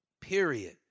Period